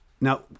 Now